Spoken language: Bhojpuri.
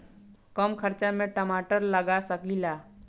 कम खर्च में टमाटर लगा सकीला?